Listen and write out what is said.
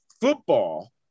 football